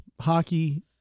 hockey